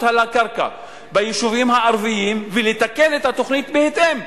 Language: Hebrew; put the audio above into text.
על הקרקע ביישובים הערביים ולתקן את התוכנית בהתאם.